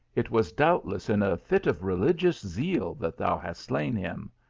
it was doubtless in a fit of religious zeal that thou hast slain him.